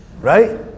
Right